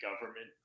government